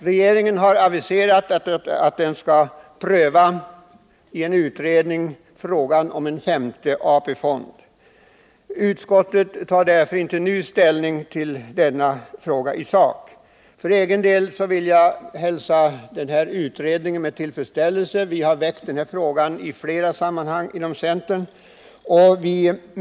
Regeringen har aviserat att en utredning tänker pröva frågan om en femte AP-fond. Där fattar utskottet inte nu ställning i sak. För egen del vill jag hälsa utredningen med tillfredsställelse. Centern har flera gånger väckt den här frågan.